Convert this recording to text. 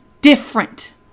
different